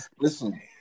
Listen